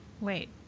wait